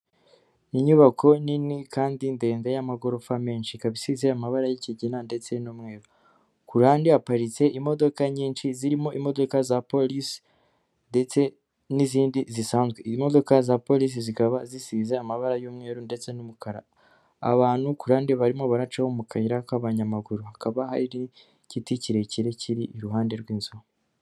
Inyubako nini kandi ndende y'amagorofa menshi, ikaba isize amabara y'ikigina ndetse n'umweru. Ku ruhande haparitse imodoka nyinshi zirimo imodoka za polisi ndetse n'izindi zisanzwe. Imodoka za polisi zikaba zisize amabara y'umweru ndetse n'umukara. Abantu ku ruhande barimo baracaho mu kayira k'abanyamaguru. Hakaba hari igiti kirekire kiri iruhande rw'inzu.